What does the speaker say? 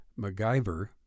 macgyver